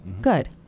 Good